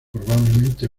probablemente